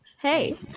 Hey